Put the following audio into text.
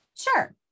sure